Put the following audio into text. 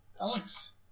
Alex